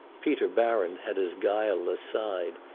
peter baron had his guileless side,